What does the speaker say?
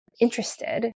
interested